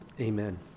amen